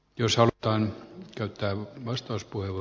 jos halutaan löytää vastaus puiu